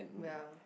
ya